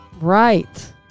Right